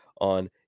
on